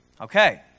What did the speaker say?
Okay